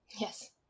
Yes